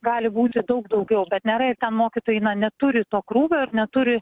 gali būti daug daugiau bet nėra ir ten mokytojai neturi to krūvio ir neturi